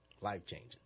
Life-changing